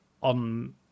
on